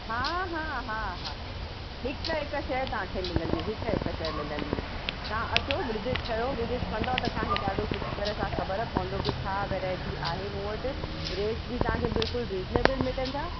हा हा हा हा हिकु हिकु शइ तव्हांखे मिलंदी हिकु हिकु शइ मिलंदी तव्हां अचो विज़िट कयो विज़िट कंदव त तव्हांखे ॾाढो सुठी तरह सां ख़बरु पवंदो की छा वैरायटी आहे मूं वटि रेट बि तव्हांखे बिल्कुल रीजनेबिल मिलंदा